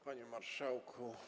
Panie Marszałku!